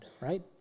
right